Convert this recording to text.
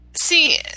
See